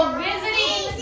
visiting